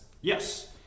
Yes